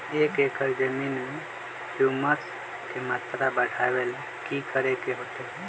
एक एकड़ जमीन में ह्यूमस के मात्रा बढ़ावे ला की करे के होतई?